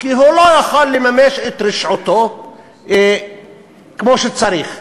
כי הוא לא יכול לממש את רשעותו כמו שצריך.